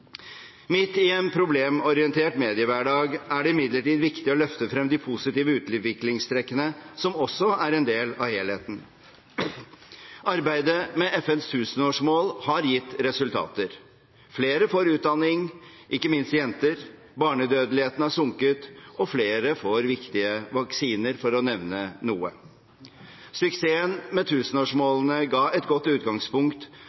i en problemorientert mediehverdag er det imidlertid viktig å løfte frem de positive utviklingstrekkene, som også er en del av helheten. Arbeidet med FNs tusenårsmål har gitt resultater. Flere får utdanning – ikke minst jenter – barnedødeligheten har sunket, og flere får viktige vaksiner, for å nevne noe. Suksessen med tusenårsmålene ga et godt utgangspunkt